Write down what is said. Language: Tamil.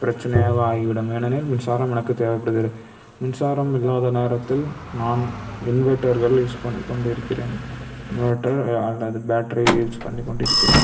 பிரச்சனையாக ஆகிவிடும் ஏனெனில் மின்சாரம் எனக்கு தேவைப்படுகிறது மின்சாரம் இல்லாத நேரத்தில் நான் இன்வெட்டர்கள் யூஸ் பண்ணிக்கொண்டு இருக்கிறேன் இன்வெட்டர் அல்லது பேட்டரி யூஸ் பண்ணிக்கொண்டு இருக்கிறேன்